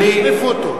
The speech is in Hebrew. החליפו אותו.